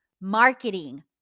marketing